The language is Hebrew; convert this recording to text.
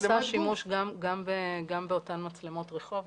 המשטרה עושה שימוש גם באותן מצלמות רחוב,